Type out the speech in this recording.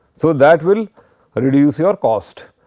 so, that will reduce your cost.